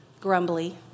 grumbly